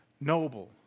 noble